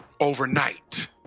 overnight